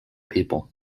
people